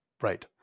Right